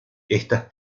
estas